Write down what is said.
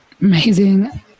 amazing